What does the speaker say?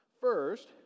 First